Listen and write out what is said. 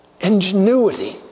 ingenuity